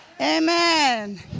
Amen